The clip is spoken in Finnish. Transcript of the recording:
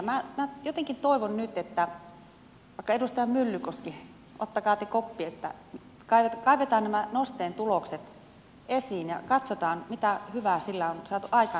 minä jotenkin toivon nyt että vaikka edustaja myllykoski ottakaa te koppi että kaivetaan nämä nosteen tulokset esiin ja katsotaan mitä hyvää sillä on saatu aikaan